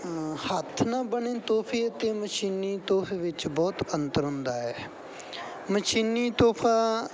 ਹੱਥ ਨਾਲ ਬਣੇ ਤੋਹਫ਼ੇ ਅਤੇ ਮਸ਼ੀਨੀ ਤੋਹਫ਼ੇ ਵਿੱਚ ਬਹੁਤ ਅੰਤਰ ਹੁੰਦਾ ਹੈ ਮਸ਼ੀਨੀ ਤੋਹਫ਼ਾ